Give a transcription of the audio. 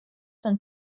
són